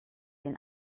den